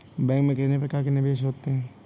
Bank में कितने प्रकार के निवेश होते हैं?